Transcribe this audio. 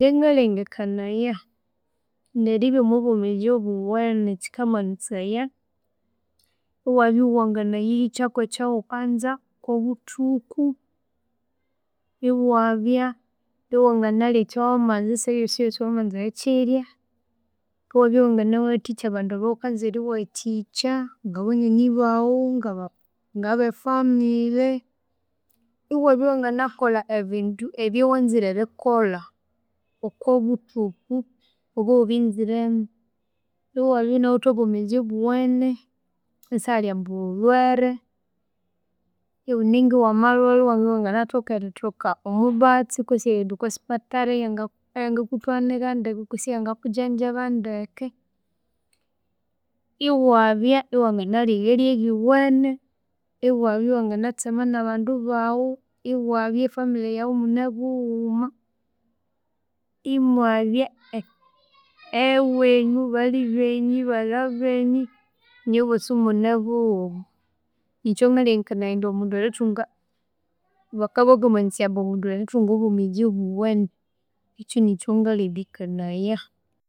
Ingye ngalengekanaya indi eribya omwobwemezi obuwene kyikamanyisaya iwabya wanginayihikya kwekyawukanza kobuthuku. Iwabya wanginalya ekyosikyosi kobuthuku wamanza erikyirya. Iwabya wanginawathikya abandu bawukanza eriwathikya ngabanyonyi bwu ngabefamily, iwabya wanginakolha ebindu ebyawanzire erikolha okobuthuku obwawubyanziremu. Iwabya iwunawithe obwomezi obuwene isihali ambu wulwere, iwu ninga wamalwalha iwabya wanginathoka omubatsi kutse erighenda okosipathara eyanga kuthwanira ndeke kutse eyanga kujanjaba ndeke. Iwabya iwanganalya ehyalya ehyuwene. Iwabya wanginatsema nabandu bawu. Iwabya family yawu imune bughuma. Imwabya ewenyu bali benyu baghalha benyu inywebosi imune bughuma. Ingye ngalengekanaya indi omundu bakabakamanyisya ambu omundu erithunga obwomezi obuwene, ekyu nikyangalengekanaya